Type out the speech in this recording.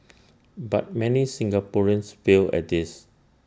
but many Singaporeans fail at this